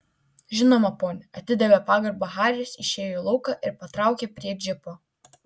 žinoma pone atidavė pagarbą haris išėjo į lauką ir patraukė prie džipo